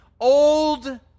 old